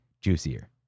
juicier